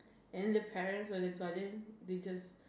and then the parents or the Guardian they just